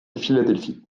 philadelphie